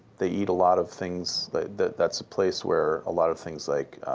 they eat a lot of things that's a place where a lot of things like